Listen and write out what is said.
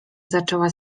zaczęła